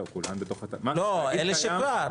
לא, אלה שכבר.